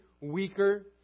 weaker